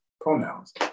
pronouns